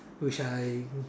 which I